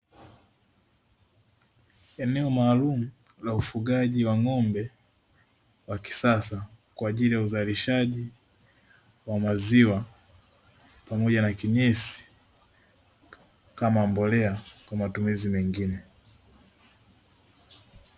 Eneo maalumu la ufugaji wa ng'ombe wa kisasa kwa ajili ya uzalishaji wa maziwa, pamoja na kinyesi kama mbolea kwa matumizi mengine.